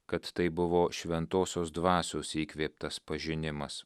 kad tai buvo šventosios dvasios įkvėptas pažinimas